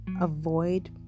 avoid